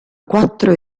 quattro